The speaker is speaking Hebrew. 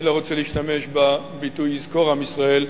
אני לא רוצה להשתמש בביטוי "יזכור עם ישראל",